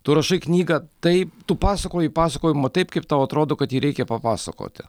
tu rašai knygą tai tu pasakoji pasakojimą taip kaip tau atrodo kad jį reikia papasakoti